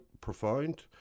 profound